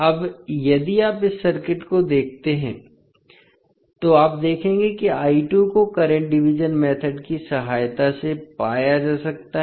अब यदि आप इस सर्किट को देखते हैं तो आप देखेंगे कि को करंट डिवीज़न मेथोड की सहायता से पाया जा सकता है